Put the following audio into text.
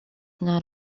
not